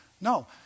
No